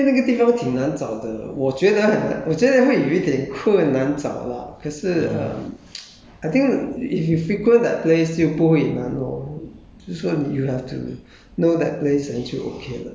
uh it's more f~ uh 因为那个地方挺难找的我觉得很我觉得会有一点困难找啦可是 uh I think if you frequent that place 就不会难 loh